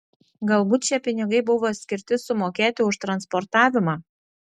galbūt šie pinigai buvo skirti sumokėti už transportavimą